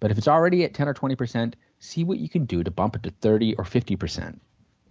but if it's already at ten or twenty percent see what you can do to bump it to thirty or fifty percent